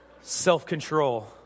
self-control